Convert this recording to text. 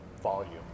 volume